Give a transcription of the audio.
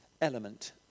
element